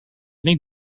niet